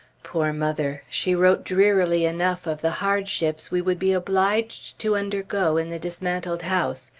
poor mother! she wrote drearily enough of the hardships we would be obliged to undergo in the dismantled house,